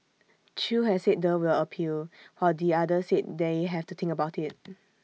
chew has said the will appeal while the other said they have to think about IT